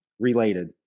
Related